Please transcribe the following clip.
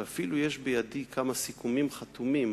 ואפילו יש בידי כמה סיכומים חתומים